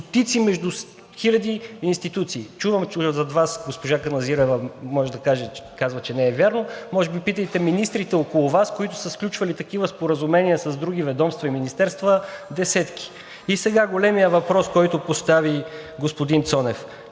стотици между хиляди институции. Чувам, че зад Вас госпожа Каназирева казва, че не е вярно. Може би питайте министрите около Вас, които са сключвали такива споразумения с други ведомства и министерства – десетки. И сега големият въпрос, който постави господин Цонев.